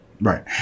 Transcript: Right